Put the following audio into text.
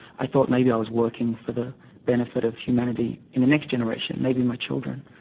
i thought maybe i was working for the benefit of humanity in the next generation, maybe my children.